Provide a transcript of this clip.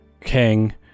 king